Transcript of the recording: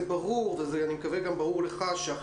אגב,